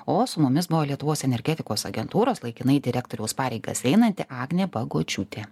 o su mumis buvo lietuvos energetikos agentūros laikinai direktoriaus pareigas einanti agnė bagočiūtė